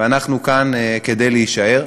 ואנחנו כאן כדי להישאר.